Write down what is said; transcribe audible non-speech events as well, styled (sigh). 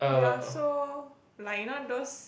you are so (breath) like you know those